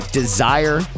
desire